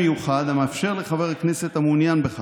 תודה רבה.